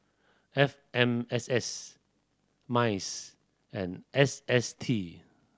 F M S S MINDS and S S T